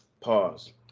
pause